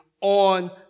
on